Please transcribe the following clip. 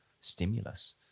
stimulus